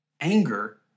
Anger